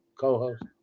co-host